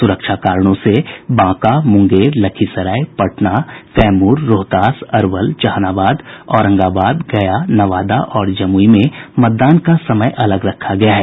सुरक्षा कारणों से बांका मुंगेर लखीसराय पटना कैमूर रोहतास अरवल जहानाबाद औरंगाबाद गया नवादा और जमुई में मतदान का समय अलग रखा गया है